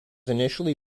initially